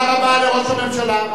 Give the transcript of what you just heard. תודה רבה לראש הממשלה.